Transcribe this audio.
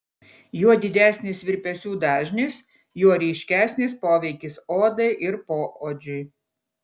juo didesnis virpesių dažnis juo ryškesnis poveikis odai ir poodžiui